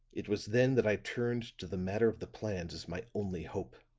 it was then that i turned to the matter of the plans as my only hope